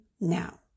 now